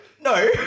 no